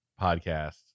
podcast